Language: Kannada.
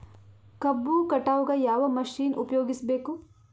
ಕಬ್ಬು ಕಟಾವಗ ಯಾವ ಮಷಿನ್ ಉಪಯೋಗಿಸಬೇಕು?